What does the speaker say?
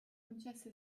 concesse